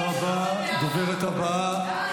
גם הבן שלי בעזה,